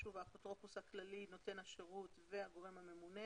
האפוטרופוס הכללי נותן השירות והגורם הממונה.